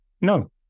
No